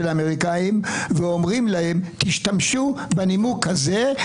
האמריקאים ואומרים להם: תשתמשו בנימוק הזה.